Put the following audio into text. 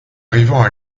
arrivant